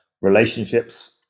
relationships